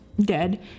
dead